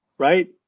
right